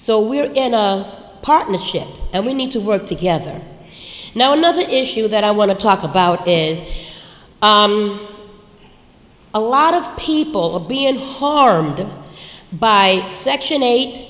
so we're in a partnership and we need to work together now another issue that i want to talk about is a lot of people being harmed by section eight